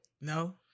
No